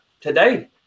today